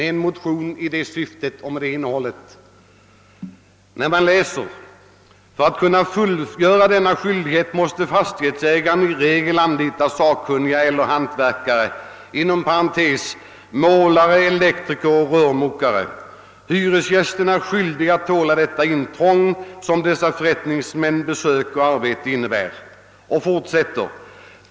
I motionen står bl.a.: »För att kunna fullgöra denna skyldighet måste fastighetsägaren i regel anlita sakkunniga eller hantverkare . Hyresgästen är skyldig att tåla det intrång som dessa förrättningsmäns besök och arbete innebär.